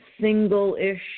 single-ish